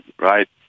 right